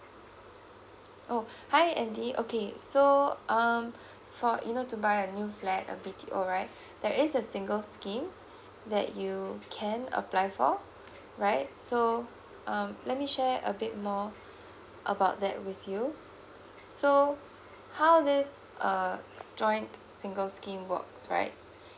oh hi andy okay so um for you know to buy a new flat a B_T_O right there is a single scheme that you can apply for right so um let me share a bit more about that with you so how this uh joint singles scheme works right